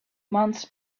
months